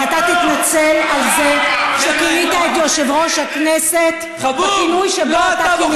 ואתה תתנצל על זה שכינית את יושב-ראש הכנסת בכינוי שבו אתה כינית אותו.